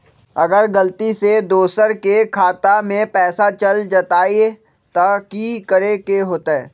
अगर गलती से दोसर के खाता में पैसा चल जताय त की करे के होतय?